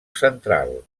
central